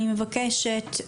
אני מבקשת,